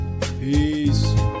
Peace